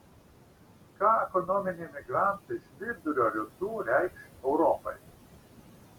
ką ekonominiai migrantai iš vidurio rytų reikš europai